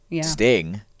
sting